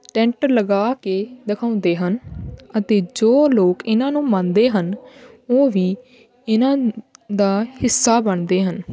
tent ਲਗਾ ਕੇ ਦਿਖਾਉਂਦੇ ਹਨ ਅਤੇ ਜੋ ਲੋਕ ਇਹਨਾਂ ਨੂੰ ਮੰਨਦੇ ਹਨ ਉਹ ਵੀ ਇਹਨਾਂ ਦਾ ਹਿੱਸਾ ਬਣਦੇ ਹਨ